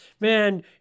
Man